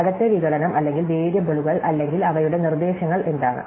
അകത്തെ വിഘടനം അല്ലെങ്കിൽ വേരിയബിളുകൾ അല്ലെങ്കിൽ അവയുടെ നിർദേശങ്ങൾ എന്താണ്